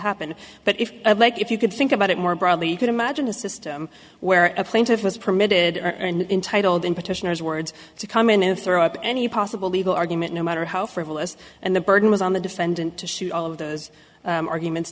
happen but if like if you could think about it more broadly you could imagine a system where a plaintiff was permitted and intitled in petitioners words to come in and throw out any possible legal argument no matter how frivolous and the burden was on the defendant to shoot all of those arguments